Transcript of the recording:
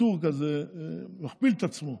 בטור כזה שמכפיל את עצמו.